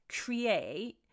create